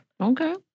Okay